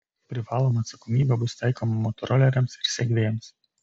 privaloma atsakomybė bus taikoma motoroleriams ir segvėjams